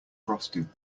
frosted